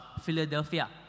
Philadelphia